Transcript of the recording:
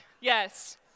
Yes